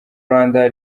rwanda